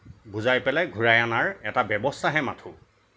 বুজাই পেলাই ঘূৰাই অনাৰ এটা ব্যৱাস্থাহে মাথোঁ